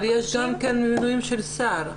כן, אבל יש גם כן מינויים של שר.